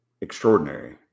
extraordinary